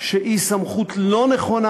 שהיא סמכות לא נכונה,